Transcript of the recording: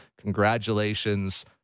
Congratulations